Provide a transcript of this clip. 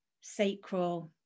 sacral